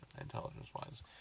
Intelligence-wise